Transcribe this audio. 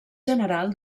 general